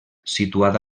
situada